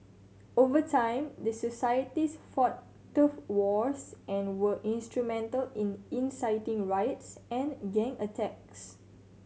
over time the societies fought turf wars and were instrumental in inciting riots and gang attacks